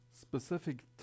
specific